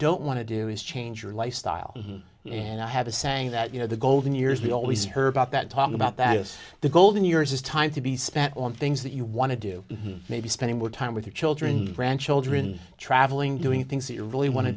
don't want to do is change your lifestyle and i have a saying that you know the golden years we always heard about that talk about that is the golden years is time to be spent on things that you want to do maybe spending more time with your children grandchildren traveling doing things you really want to